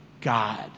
God